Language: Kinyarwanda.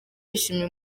yishimiye